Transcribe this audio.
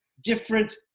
different